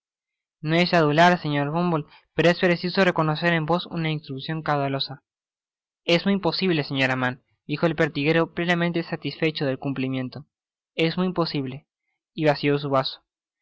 no es adular señor bumble pero es preciso reconocer en vos una instruccion caudalosa es muy posible señora mann dijo el pertiguero plenamente satisfecho del cumplimiento es muy posible y vació su vaso